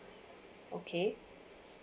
okay